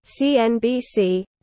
CNBC